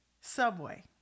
Subway